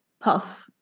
Puff